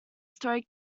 story